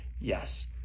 Yes